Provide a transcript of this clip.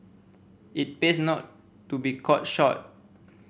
it pays not to be caught short